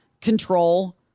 control